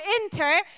enter